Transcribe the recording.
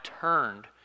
turned